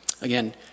Again